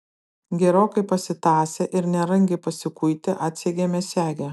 gerokai pasitąsę ir nerangiai pasikuitę atsegėme segę